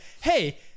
hey